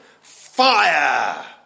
fire